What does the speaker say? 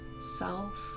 self